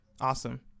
awesome